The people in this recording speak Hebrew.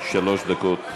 שלוש דקות.